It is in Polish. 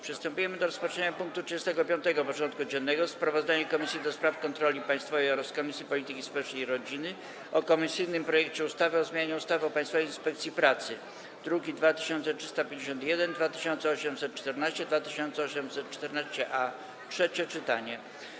Przystępujemy do rozpatrzenia punktu 35. porządku dziennego: Sprawozdanie Komisji do Spraw Kontroli Państwowej oraz Komisji Polityki Społecznej i Rodziny o komisyjnym projekcie ustawy o zmianie ustawy o Państwowej Inspekcji Pracy (druki nr 2351, 2814 i 2814-A) - trzecie czytanie.